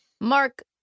Mark